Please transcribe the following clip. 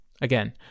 Again